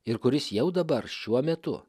ir kuris jau dabar šiuo metu